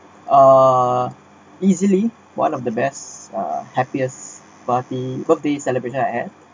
err easily one of the best uh happiest party birthday celebration I have